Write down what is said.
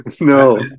No